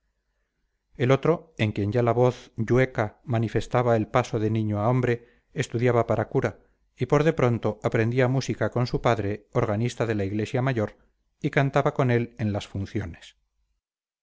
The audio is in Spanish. el otro en quien ya la voz llueca manifestaba el paso de niño a hombre estudiaba para cura y por de pronto aprendía música con su padre organista de la iglesia mayor y cantaba con él en las funciones